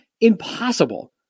impossible